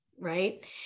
Right